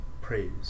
praise